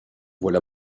voilà